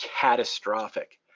catastrophic